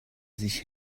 sich